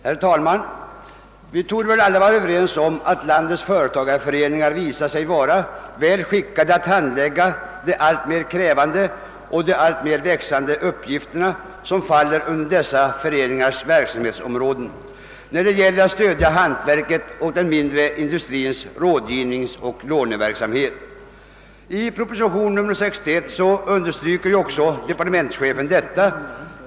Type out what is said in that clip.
Herr talman! Vi torde väl alla vara överens om att landets företagareföreningar visat sig vara väl skickade att handlägga de alltmera krävande och alltmera växande uppgifter som faller under föreningarnas verksamhetsom råde när det gäller att stödja hantverket och den mindre industrins rådgivningsoch låneverksamhet. I propositionen nr 61 understryker också departementschefen detta.